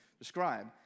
describe